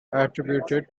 attributed